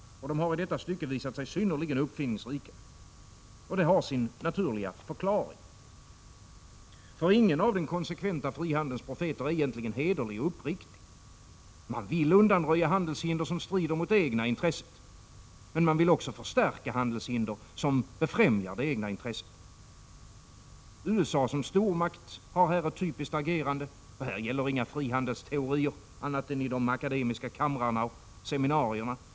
De har i detta stycke visat sig synnerligen uppfinningsrika. Och detta har sin naturliga förklaring. Ingen av den konsekventa frihandelns profeter är egentligen hederlig och uppriktig. Man vill undanröja handelshinder som strider mot det egna intresset, men man vill också förstärka handelshinder som befrämjar det egna intresset. USA som stormakt agerar här typiskt. Här gäller inga frihandelsteorier annat än i de akademiska kamrarna och seminarierna.